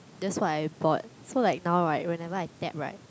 that's what I bought so like now right whenever I tap right